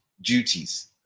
duties